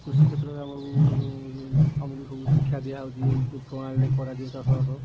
କୃଷି କ୍ଷେତ୍ରରେ ଆମକୁ ଆମକୁ ସବୁ ଶିକ୍ଷା ଦିଆ ହେଉଛି ଏମିତି ପ୍ରଣାଳୀରେ କରାଯିବ ଚାଷବାସ